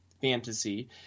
Fantasy